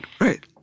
right